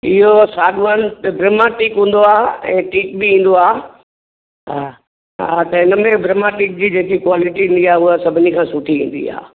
इहो सागवान त फेम्स टीकु हूंदो आहे ऐं टीकु बि ईंदो आहे हा त इन में ब्रह्मा टीक जी जेकी क्वालिटी हूंदी आहे उहा सभिनी खां सुठी ईंदी आहे